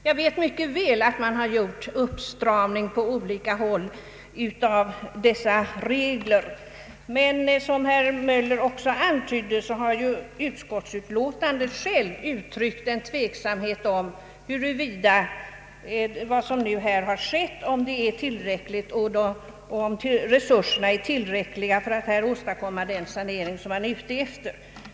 Jag vet mycket väl att det har skett en uppstramning på olika håll av tryckfrihetsreglerna, men som herr Möller också antydde har utskottet för egen del uttryckt tveksamhet om huruvida resurserna är tillräckliga för att åstadkomma den sanering som man är ute efter.